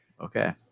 Okay